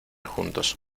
juntos